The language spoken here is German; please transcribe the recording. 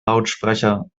lautsprecher